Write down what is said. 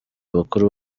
bakuru